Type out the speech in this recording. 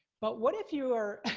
but what if you're